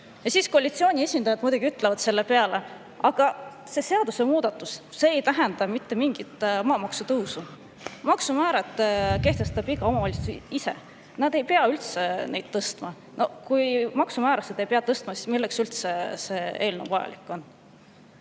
kätte. Koalitsiooni esindajad muidugi ütlevad selle peale, et see seadusemuudatus ei tähenda mitte mingit maamaksu tõusu. Maksumäärad kehtestab iga omavalitsus ise, nad ei pea üldse neid tõstma. Kui maksumäärasid ei pea tõstma, siis milleks üldse see eelnõu vajalik on?